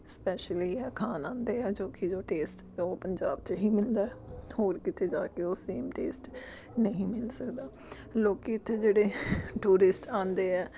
specially ਆਹ ਖਾਣ ਆਉਂਦੇ ਆ ਜੋ ਕਿ ਜੋ ਟੇਸਟ ਉਹ ਪੰਜਾਬ 'ਚ ਹੀ ਮਿਲਦਾ ਹੋਰ ਕਿਤੇ ਜਾ ਕੇ ਉਹ ਸੇਮ ਟੇਸਟ ਨਹੀਂ ਮਿਲ ਸਕਦਾ ਲੋਕ ਇੱਥੇ ਜਿਹੜੇ ਟੂਰਿਸਟ ਆਉਂਦੇ ਹੈ